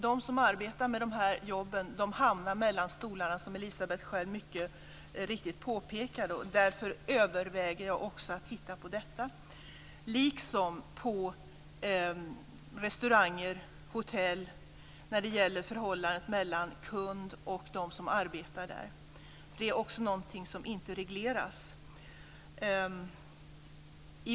De som arbetar med de här jobben hamnar mellan stolarna, som Elisebeht mycket riktigt påpekade. Därför överväger jag att titta också på detta. Det gäller också restauranger och hotell när det gäller förhållandet mellan kund och de som arbetar där. Det är också något som inte regleras.